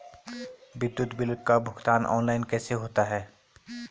विद्युत बिल का भुगतान ऑनलाइन कैसे होता है?